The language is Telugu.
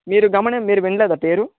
మీరు గమని మీరు వినలేదా పేరు